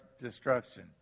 destruction